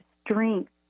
strength